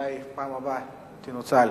אולי בפעם הבאה ינוצל.